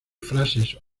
frases